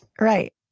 Right